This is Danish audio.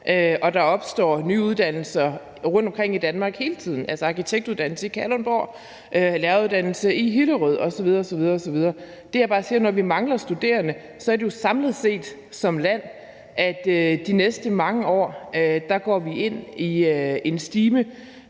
og der opstår nye uddannelser rundtomkring i Danmark hele tiden. Der er arkitektuddannelsen i Kalundborg, læreruddannelsen i Hillerød osv. osv. Det, jeg bare siger om at mangle studerende, er, at vi jo samlet set som land i de næste mange år går ind i en stime,